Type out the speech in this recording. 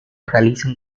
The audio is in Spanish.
realizan